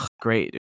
great